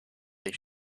they